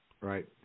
Right